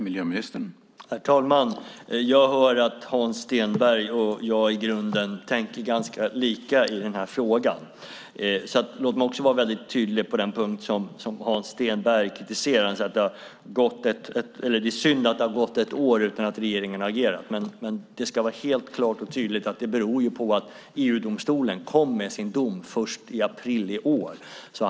Herr talman! Jag hör att Hans Stenberg och jag i grunden tänker ganska lika i den här frågan. Låt mig vara tydlig på den punkt där Hans Stenberg kritiserade oss. Han sade att det är tråkigt att det har gått ett år utan att regeringen har agerat. Men det ska vara klart och tydligt att det beror på att EU-domstolen kom med sin dom först i april i år.